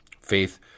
Faith